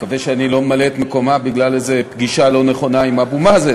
אני מקווה שאני לא ממלא את מקומה בגלל איזו פגישה לא נכונה עם אבו מאזן,